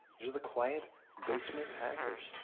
these are the quiet basement. hackers.